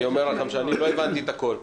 אני אומר לכם שאני לא הבנתי את הכול.